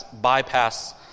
bypass